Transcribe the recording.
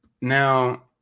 Now